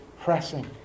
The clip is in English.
pressing